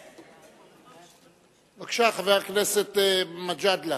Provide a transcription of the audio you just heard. בבקשה, חבר הכנסת מג'אדלה.